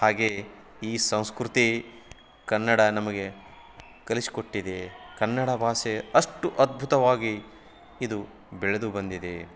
ಹಾಗೇ ಈ ಸಂಸ್ಕೃತಿ ಕನ್ನಡ ನಮಗೆ ಕಲಿಸಿಕೊಟ್ಟಿದೆ ಕನ್ನಡ ಭಾಷೆ ಅಷ್ಟು ಅದ್ಭುತವಾಗಿ ಇದು ಬೆಳೆದು ಬಂದಿದೆ